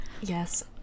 Yes